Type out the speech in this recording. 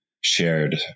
shared